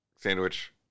Sandwich